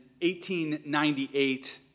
1898